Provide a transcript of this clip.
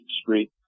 street